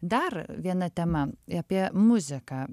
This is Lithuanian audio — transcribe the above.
dar viena tema apie muziką